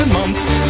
months